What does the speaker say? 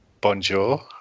Bonjour